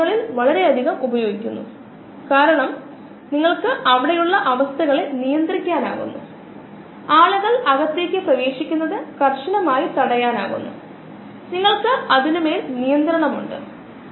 അപ്പോൾ പ്രതികരണം B കൊണ്ട് പരിമിതപ്പെടുത്താൻ പോകുന്നു കാരണം A യുടെ 10 മോളാർ സാന്ദ്രത പൂർണ്ണമായും പ്രതിപ്രവർത്തിക്കാൻ 3 മുതൽ 2 വരെ 10 മോളുകളുടെ മോളാർ സാന്ദ്രത ആവശ്യമാണ് പൂർണ്ണമായും ഉപഭോഗം ചെയ്യുന്നതിന് 15 മോളാർ സാന്ദ്രത B വേണം